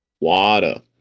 Water